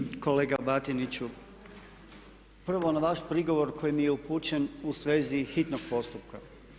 Uvaženi kolega Batiniću, prvo na vaš prigovor koji mi je upućen u svezi hitnog postupka.